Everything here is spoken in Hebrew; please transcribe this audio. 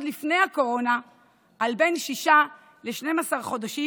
לפני הקורונה על בין שישה ל-12 חודשים,